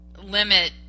limit